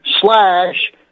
slash